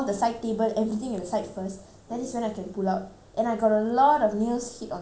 that is when I can pull out and I got a lot of nails hit on the wall inside so I got to dig that all out